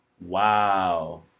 Wow